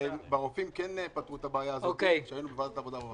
אצל הרופאים פתרו את הבעיה הזאת ושמענו על זה בוועדת העבודה והרווחה.